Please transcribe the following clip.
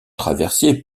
traversier